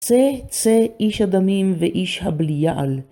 צא צא איש הדמים ואיש הבליעל.